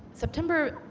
september